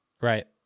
Right